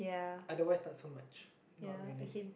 otherwise not so much not really